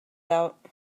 out